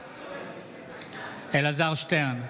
בעד אלעזר שטרן,